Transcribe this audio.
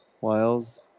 Wiles